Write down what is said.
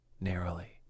narrowly